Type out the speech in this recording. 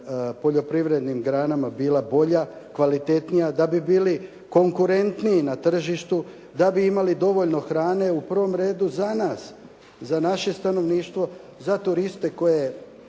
poljoprivrednim granama bila bolja, kvalitetnija, da bi bili konkurentniji na tržištu, da bi imali dovoljno hrane u prvom redu za nas, za naše stanovništvo, za turiste koje